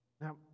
Now